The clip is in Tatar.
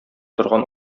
торган